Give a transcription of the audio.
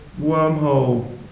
wormhole